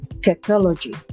technology